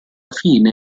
fine